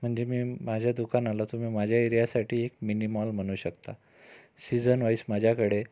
म्हणजे मी माझ्या दुकानाला तुम्ही माझ्या एरियासाठी एक मिनीमॉल म्हणू शकता सीजनवाइज माझ्याकडे